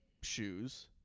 shoes